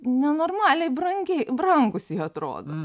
nenormaliai brangiai brangūs jie atrodo